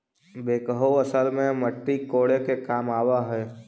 backhoe असल में मट्टी कोड़े के काम आवऽ हई